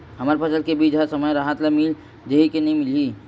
हमर फसल के बीज ह समय राहत ले मिल जाही के नी मिलही?